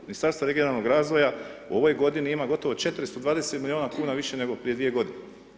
Ministarstvo regionalnog razvoja u ovoj godini ima gotovo 420 milijuna kuna više nego prije dvije godine.